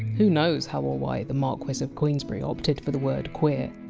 who knows how or why the marquess of queensberry opted for the word! queer,